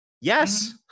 Yes